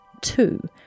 two